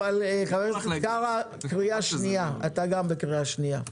חבר הכנסת קארה, אני קורא אותך לסדר בפעם השנייה.